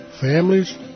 Families